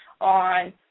on